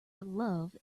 love